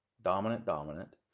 dominant dominant.